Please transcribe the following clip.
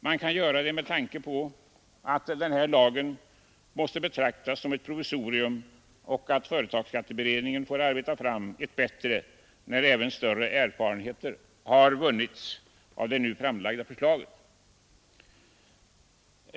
Man kan göra det med tanke på att denna lag måste betraktas som ett provisorium och att företagsskatteberedningen får arbeta fram en bättre lag när större erfarenhet har vunnits av den nu föreslagna lagen.